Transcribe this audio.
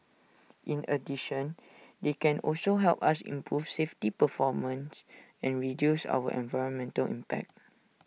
in addition they can also help us improve safety performance and reduce our environmental impact